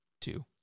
two